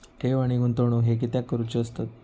ठेव आणि गुंतवणूक हे कित्याक करुचे असतत?